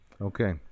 Okay